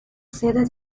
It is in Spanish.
sede